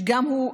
שהוא,